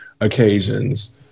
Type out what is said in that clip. occasions